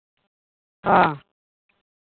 ᱦᱚᱸ